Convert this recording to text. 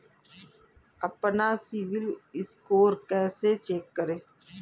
अपना CIBIL score कैसे check करें?